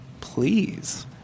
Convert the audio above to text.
Please